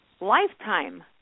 lifetime